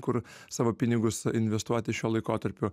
kur savo pinigus investuoti šiuo laikotarpiu